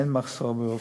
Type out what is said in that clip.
אין מחסור ברופאים.